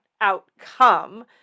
outcome